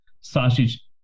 sausage